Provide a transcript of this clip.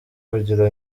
kugira